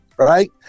right